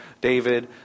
David